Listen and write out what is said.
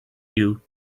you